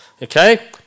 Okay